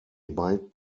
might